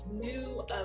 new